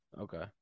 Okay